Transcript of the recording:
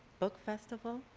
book festival,